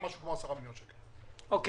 אני מודה לך, תודה רבה.